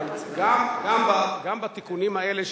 אבל גם בתיקונים האלה,